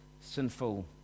sinful